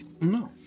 No